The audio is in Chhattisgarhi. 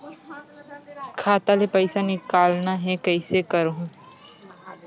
खाता ले पईसा निकालना हे, कइसे करहूं?